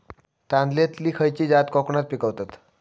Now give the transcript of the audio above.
तांदलतली खयची जात कोकणात पिकवतत?